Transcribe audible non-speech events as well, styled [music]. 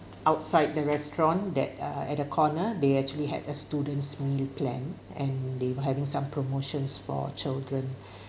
outside the restaurant that err at the corner they actually had a student's meal plan and they were having some promotions for children [breath]